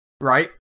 right